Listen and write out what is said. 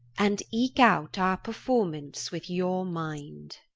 and eech out our performance with your mind.